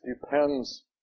depends